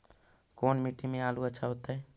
कोन मट्टी में आलु अच्छा होतै?